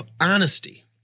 honesty